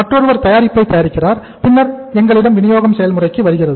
மற்றொருவர் தயாரிப்பை தயாரிக்கிறார் பின்னர் எங்களிடம் வினியோக செயல்முறைக்கு வருகிறது